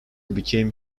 became